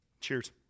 Cheers